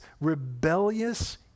rebellious